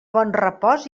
bonrepòs